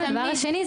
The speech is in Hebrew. דבר שני,